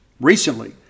recently